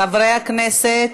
חברי הכנסת,